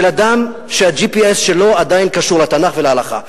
אדם שה-GPS שלו עדיין קשור לתנ"ך ולהלכה.